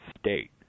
state